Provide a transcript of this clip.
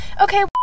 okay